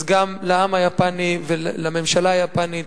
אז גם לעם היפני ולממשלה היפנית,